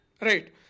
right